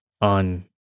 on